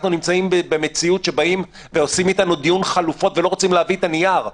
אנחנו במציאות שעושים איתנו דיון חלופות ולא רוצים להביא את הנייר.